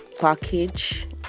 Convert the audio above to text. package